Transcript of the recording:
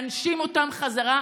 להנשים אותם חזרה.